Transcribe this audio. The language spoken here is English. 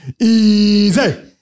Easy